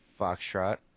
Foxtrot